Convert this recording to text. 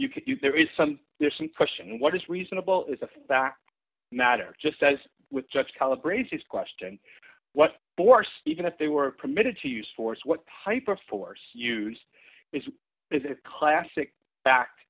do there is some there's and question what is reasonable is a fact matter just as with just calibrate his question what force even if they were permitted to use force what type of force used this is a classic back